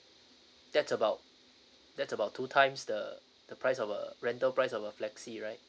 that's about that's about two times the the price of uh rental price of a flexi right